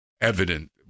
evident